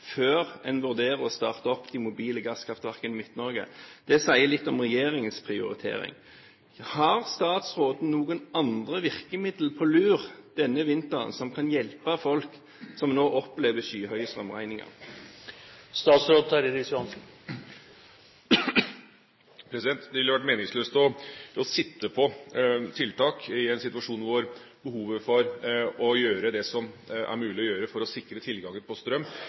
før en vurderer å starte opp de mobile gasskraftverkene i Midt-Norge. Det sier litt om regjeringens prioritering. Har statsråden noen andre virkemidler på lur denne vinteren som kan hjelpe folk som nå opplever skyhøye strømregninger? Det ville vært meningsløst å sitte på tiltak i en situasjon hvor behovet for å gjøre det som er mulig å gjøre for å sikre tilgangen på strøm,